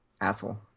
Asshole